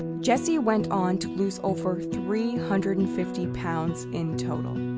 jesse went on to lose over three hundred and fifty pounds in total.